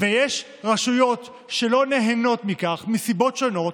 ויש רשויות שלא נהנות מכך מסיבות שונות,